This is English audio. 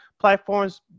platforms